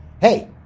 Hey